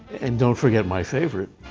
and don't forget my favorite.